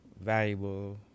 valuable